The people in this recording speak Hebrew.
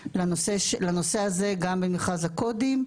בנושא הפגיעה בטיפול בחולי הקורונה הגריאטריים.